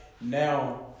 Now